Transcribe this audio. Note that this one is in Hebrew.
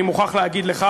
אני מוכרח להגיד לך,